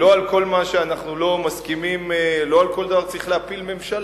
לא על כל דבר צריך להפיל ממשלה.